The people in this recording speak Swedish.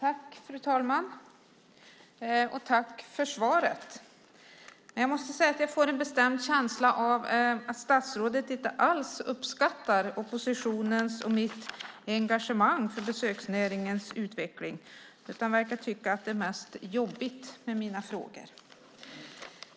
Fru talman! Jag tackar statsrådet för svaret, men får en bestämd känsla av att hon inte alls uppskattar oppositionens och mitt engagemang för besöksnäringens utveckling utan verkar tycka att det mest är jobbigt med mina frågor.